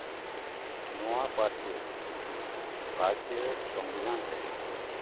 ᱱᱚᱣᱟ ᱯᱟᱹᱨᱥᱤ ᱵᱷᱟᱨᱚᱛᱤᱭᱚ ᱥᱚᱝᱵᱤᱫᱷᱟᱱ ᱨᱮ